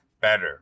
better